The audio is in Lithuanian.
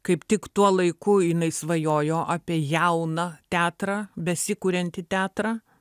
kaip tik tuo laiku jinai svajojo apie jauną teatrą besikuriantį teatrą